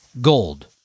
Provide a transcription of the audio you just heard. gold